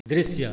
दृश्य